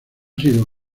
sido